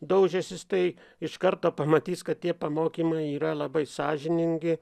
daužėsis tai iš karto pamatys kad tie pamokymai yra labai sąžiningi